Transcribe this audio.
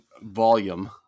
volume